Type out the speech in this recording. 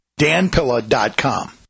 danpilla.com